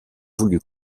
voulu